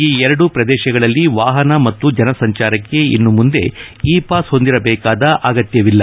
ಈ ಎರಡೂ ಪ್ರದೇಶಗಳಲ್ಲಿ ವಾಹನ ಮತ್ತು ಜನಸಂಚಾರಕ್ಕೆ ಇನ್ನು ಮುಂದೆ ಇ ಪಾಸ್ ಹೊಂದಿರಬೇಕಾದ ಅಗತ್ಯವಿಲ್ಲ